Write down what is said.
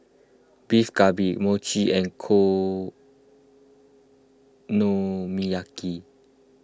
Beef Galbi Mochi and Okonomiyaki